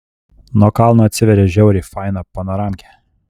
nuo kalno atsiveria žiauriai faina panoramkė